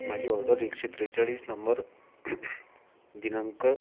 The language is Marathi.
माझी ऑर्डर एकशे त्रेचाळीस नंबर दिनांक